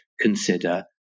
consider